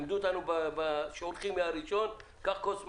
למדו אותנו בשיעור הכימיה הראשון: קח כוס מים,